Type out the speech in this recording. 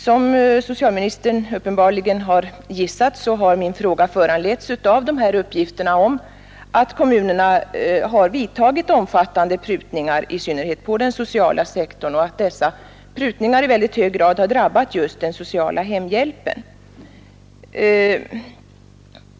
Som socialministern uppenbarligen gissat har min fråga föranletts av uppgifterna om att kommunerna vidtagit omfattande prutningar i synnerhet på den sociala sektorn och att dessa prutningar i väldigt hög grad har drabbat just den sociala hemhjälpen.